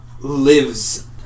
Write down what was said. lives